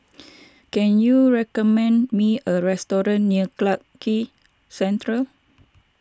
can you recommend me a restaurant near Clarke Quay Central